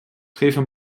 träfe